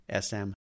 SM